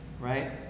Right